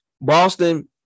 Boston